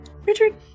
Richard